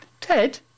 Ted